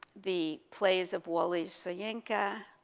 the plays of wole yeah soyinka,